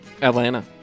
Atlanta